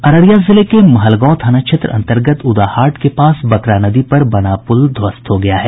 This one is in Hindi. अररिया जिले के महलगांव थाना क्षेत्र अन्तर्गत उदाहाट के पास बकरा नदी पर बना पुल ध्वस्त हो गया है